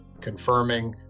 confirming